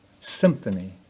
symphony